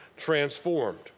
transformed